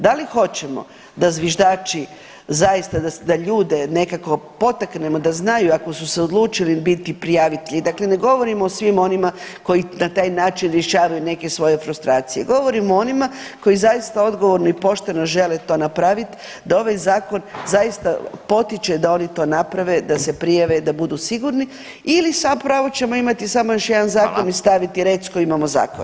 Da li hoćemo da zviždači zaista da ljude nekako potaknemo da znaju ako su se odlučili biti prijavitelji, dakle, ne govorim o svim onima koji na taj način rješavaju neke svoje frustracije, govorim o onima koji zaista odgovorno i pošteno žele to napravit da ovaj zakon zaista potiče da oni to naprave da se prijave da budu sigurni ili zapravo ćemo imati samo još jedan zakon i staviti [[Upadica Radina: Hvala.]] recku imamo zakon.